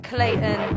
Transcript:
Clayton